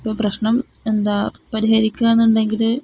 ഇപ്പോള് പ്രശ്നം എന്താണ് പരിഹരിക്കാമെന്നുണ്ടെങ്കില്